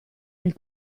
del